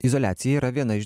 izoliacija yra viena iš